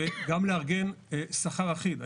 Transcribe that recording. וגם לארגן שכר אחיד.